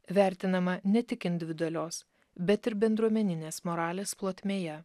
vertinama ne tik individualios bet ir bendruomeninės moralės plotmėje